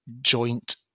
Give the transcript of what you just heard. joint